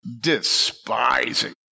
Despising